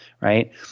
right